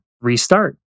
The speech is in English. restart